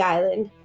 Island